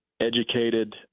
educated